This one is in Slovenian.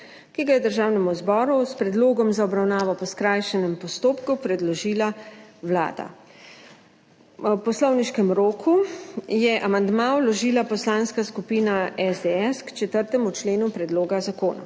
ki ga je Državnemu zboru s predlogom za obravnavo po skrajšanem postopku predložila Vlada. V poslovniškem roku je amandma vložila Poslanska skupina SDS k 4. členu predloga zakona.